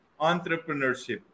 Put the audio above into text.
entrepreneurship